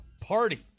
party